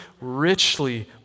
richly